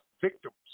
victims